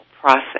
process